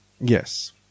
Yes